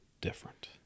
different